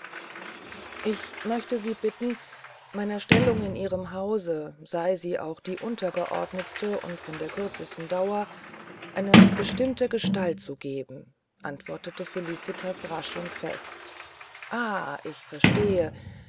ich möchte sie bitten meiner stellung in ihrem hause sei sie auch die untergeordnetste und von der kürzesten dauer eine bestimmte gestalt zu geben antwortete felicitas rasch und fest ah ich verstehe